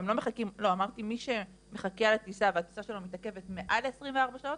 אמרתי מי שמחכה לטיסה והטיסה שלו מתעכבת מעל 24 שעות,